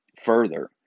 Further